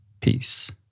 Peace